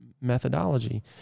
methodology